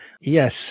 Yes